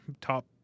top